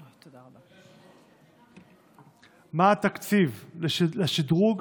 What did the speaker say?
2. מה התקציב לשדרוג